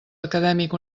acadèmic